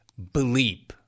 bleep